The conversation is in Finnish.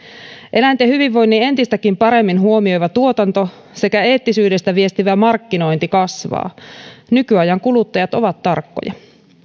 eläinten hyvinvoinnin entistäkin paremmin huomioiva tuotanto sekä eettisyydestä viestivä markkinointi kasvaa nykyajan kuluttajat ovat tarkkoja